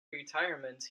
retirement